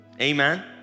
Amen